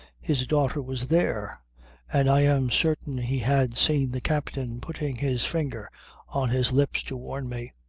his daughter was there and i am certain he had seen the captain putting his finger on his lips to warn me.